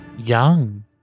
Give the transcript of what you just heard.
young